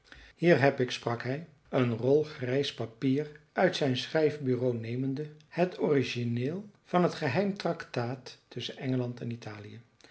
hier heb ik sprak hij een rol grijs papier uit zijn schrijfbureau nemende het origineel van het geheim tractaat tusschen engeland en italië